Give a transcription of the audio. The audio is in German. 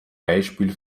beispiel